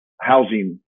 housing